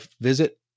visit